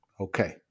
Okay